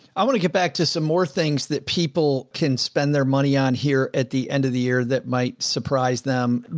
i want to get back to some more things that people can spend their money on here at the end of the year, that might surprise them.